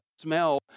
smell